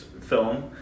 film